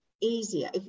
easier